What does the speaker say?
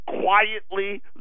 quietly